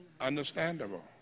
Understandable